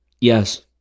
Yes